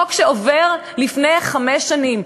חוק שעבר לפני חמש שנים,